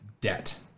debt